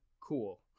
cool